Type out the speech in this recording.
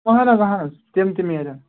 اَہَن حظ اَہَن حظ تِم تہِ میلین